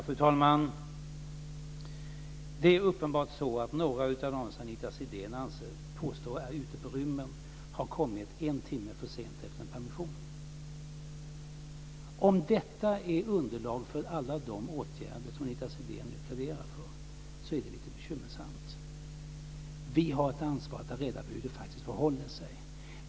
Fru talman! Det är uppenbart att några av dem som Anita Sidén anser vara ute på rymmen har kommit en timme för sent efter en permission. Om detta är underlaget för alla de åtgärder som Anita Sidén nu pläderar för, är det bekymmersamt. Vi har ett ansvar att ta reda på hur det faktiskt förhåller sig.